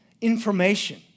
information